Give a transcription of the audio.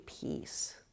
peace